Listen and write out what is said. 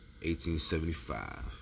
1875